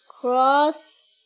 cross